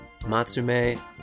Matsume